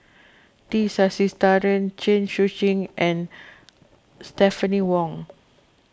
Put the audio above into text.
T Sasitharan Chen Sucheng and Stephanie Wong